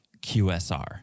QSR